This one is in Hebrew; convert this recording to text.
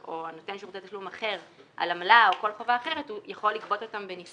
הרבה פעמים הרישום של שם המוטב הוא לא נכון ומדויק.